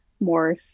more